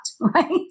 right